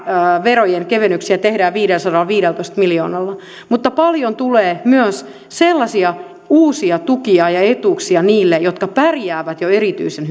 verojen kevennyksiä tehdään viidelläsadallaviidellätoista miljoonalla mutta paljon tulee myös sellaisia uusia tukia ja etuuksia niille jotka pärjäävät jo erityisen